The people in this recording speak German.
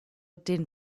den